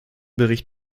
bericht